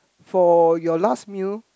for your last meal